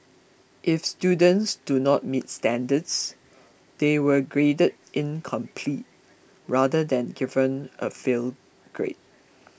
if students do not meet standards they were graded incomplete rather than given a fail grade